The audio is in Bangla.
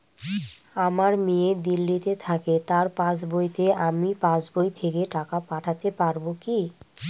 আমার মেয়ে দিল্লীতে থাকে তার পাসবইতে আমি পাসবই থেকে টাকা পাঠাতে পারব কি?